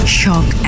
shock